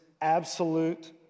absolute